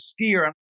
skier